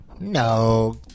No